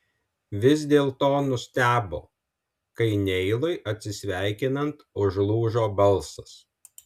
vis dėlto nustebo kai neilui atsisveikinant užlūžo balsas